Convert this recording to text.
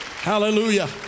hallelujah